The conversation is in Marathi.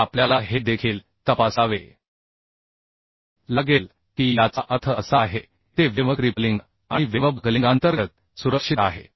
आणि आपल्याला हे देखील तपासावे लागेल की याचा अर्थ असा आहे की ते वेव्ह क्रिपलिंग आणि वेव्ह बकलिंग अंतर्गत सुरक्षित आहे